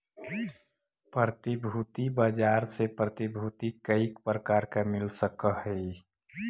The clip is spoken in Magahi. प्रतिभूति बाजार से प्रतिभूति कईक प्रकार मिल सकऽ हई?